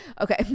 Okay